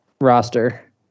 roster